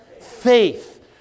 Faith